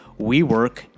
WeWork